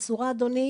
אדוני,